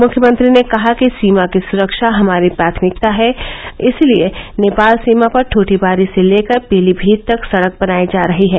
मुख्यमंत्री ने कहा कि सीमा की सुरक्षा हमारी प्राथमिकता है इसलिये नेपाल सीमा पर दूठीबारी से लेकर पीलीभीत तक सड़क बनायी जा रही है